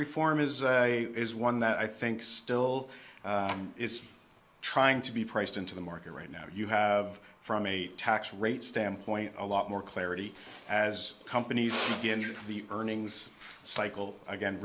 reform is a is one that i think still is trying to be priced into the market right now you have from a tax rate standpoint a lot more clarity as companies in the earnings cycle again